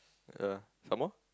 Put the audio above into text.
uh some more